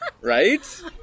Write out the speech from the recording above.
Right